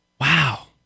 Wow